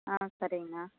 ஆ சரிங்கண்ணா